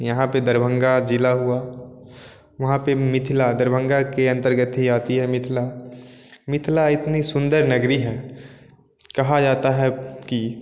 यहाँ पर दरभंगा ज़िला हुआ वहाँ पर मिथिला दरभंगा के अंतर्गत ही आती है मिथिला मिथिला इतनी सुंदर नगरी है कहा जाता है कि